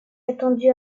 attendu